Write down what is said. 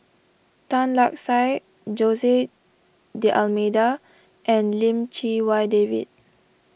Tan Lark Sye Jose D'Almeida and Lim Chee Wai David